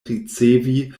ricevi